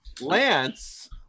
Lance